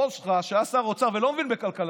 הבוס שלך, שהיה שר האוצר ולא מבין בכלכלה,